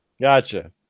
gotcha